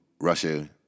Russia